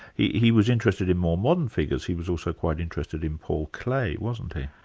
he he was interested in more modern figures he was also quite interested in paul klee, wasn't he?